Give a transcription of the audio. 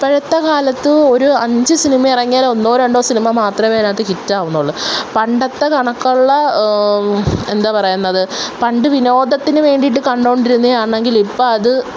ഇപ്പോഴത്തെ കാലത്ത് ഒരു അഞ്ച് സിനിമ ഇറങ്ങിയാൽ ഒന്നോ രണ്ടോ സിനിമ മാത്രമേ അതിനകത്ത് ഹിറ്റാവുന്നുള്ളൂ പണ്ടത്തെ കണക്കുള്ള എന്താപറയുന്നത് പണ്ട് വിനോദത്തിന് വേണ്ടിയിട്ട് കണ്ടുകൊണ്ടിരുന്നത് ആണെങ്കിൽ ഇപ്പോൾ അത്